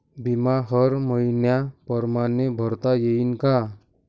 बिमा हर मइन्या परमाने भरता येऊन का?